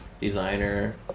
designer